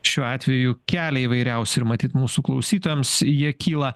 šiuo atveju kelia įvairiausių ir matyt mūsų klausytojams jie kyla